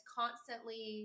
constantly